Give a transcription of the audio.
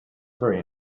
very